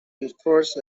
enforced